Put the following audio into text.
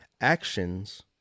actions